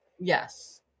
Yes